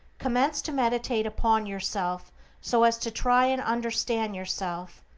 commence to meditate upon yourself so as to try and understand yourself,